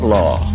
law